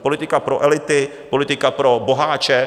Politika pro elity, politika pro boháče.